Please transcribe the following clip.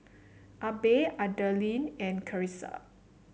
Abe Adalyn and Carissa